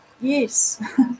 Yes